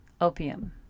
opium